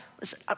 Listen